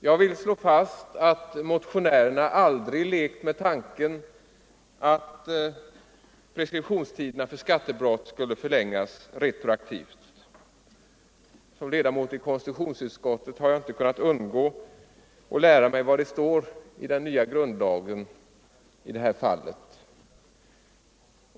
Jag vill slå fast att motionärerna aldrig lekt med tanken att preskriptionstiderna för skattebrott skulle förlängas retroaktivt. Som ledamot av konstitutionsutskottet har jag helt enkelt inte kunnat undgå att lära mig vad som står i den nya grundlagen i detta fall.